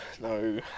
no